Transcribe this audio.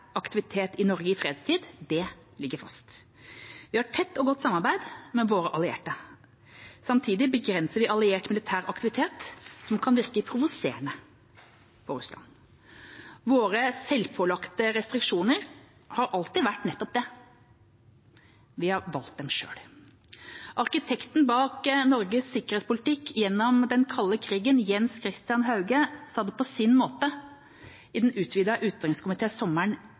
aktivitet i Norge i fredstid ligger fast. Vi har et tett og godt samarbeid med våre allierte. Samtidig begrenser vi alliert militær aktivitet som kan virke provoserende på Russland. Våre selvpålagte restriksjoner har alltid vært nettopp det – vi har valgt dem selv. Arkitekten bak Norges sikkerhetspolitikk gjennom den kalde krigen, Jens Christian Hauge, sa det på sin måte i Den utvidede utenriks- og forsvarskomité sommeren